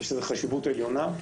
יש לזה חשיבות עליונה.